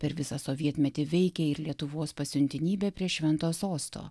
per visą sovietmetį veikia ir lietuvos pasiuntinybė prie šventojo sosto